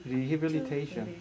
Rehabilitation